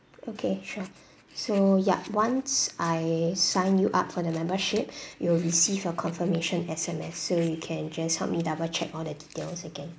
okay sure so yup once I sign you up for the membership you'll receive your confirmation S_M_S so you can just help me double check all the details again